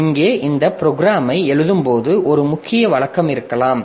இங்கே இந்த ப்ரோக்ராமை எழுதும் போது ஒரு முக்கிய வழக்கம் இருக்கலாம்